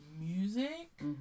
music